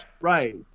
Right